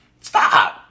Stop